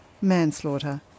manslaughter